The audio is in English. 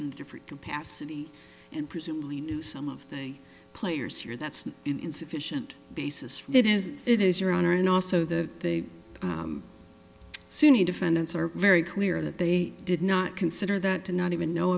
beaten different capacity and presumably knew some of the players here that's insufficient basis for it is it is your honor and also that the sunni defendants are very clear that they did not consider that to not even know